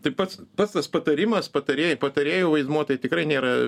taip pat pats tas patarimas patarėjų patarėjų vaidmuo tai tikrai nėra